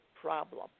problem